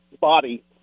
body